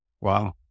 Wow